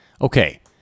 Okay